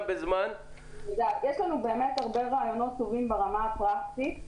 יש לנו באמת הרבה רעיונות טובים ברמה הפרקטית.